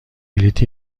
بلیط